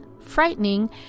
frightening